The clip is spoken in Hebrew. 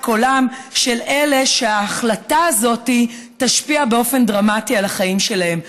קולם של אלה שההחלטה הזאת תשפיע באופן דרמטי על החיים שלהם,